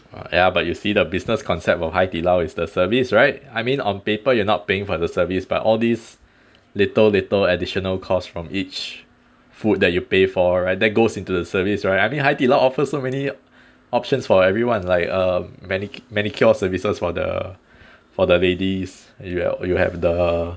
ya but you see the business concept of 海底捞 is the service right I mean on paper you're not paying for the service but all these little little additional costs from each food that you pay for right that goes into the service right I mean 海底捞 offers so many options for everyone like um mani~ manicure services for the for the ladies you err you have the